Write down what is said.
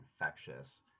infectious